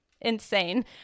insane